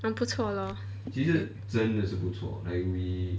不错 lor